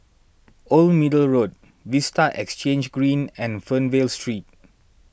Old Middle Road Vista Exhange Green and Fernvale Street